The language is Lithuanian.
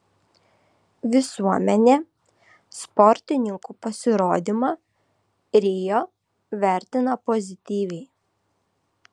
visuomenė sportininkų pasirodymą rio vertina pozityviai